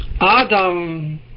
Adam